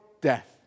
death